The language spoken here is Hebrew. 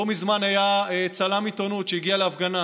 לא מזמן היה צלם עיתונות שהגיע להפגנה